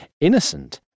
Innocent